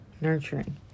Nurturing